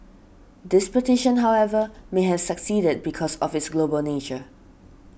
this petition however may have succeeded because of its global nature